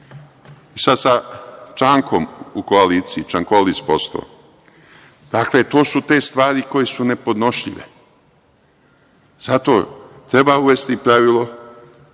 sa Čankom u koaliciji, čankolist postao. Dakle, to su te stvari koje su nepodnošljive, zato treba uvesti pravilo,